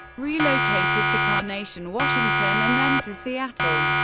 relocated to carnation, washington and then to seattle.